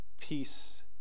Peace